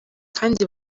kandi